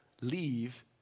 leave